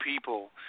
people